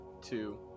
two